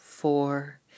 four